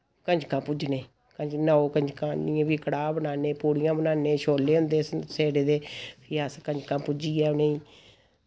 कंजकां पूजने नौ कंजकां आनियै फ्ही कड़ाह् बनान्ने पूड़ियां बनान्ने छोल्ले होंदे सेड़े दे फ्ही अस कंजकां पूजियै उ'नेंगी